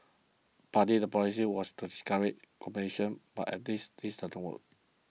partly the policy was to discourage competition but at this this didn't work